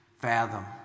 fathom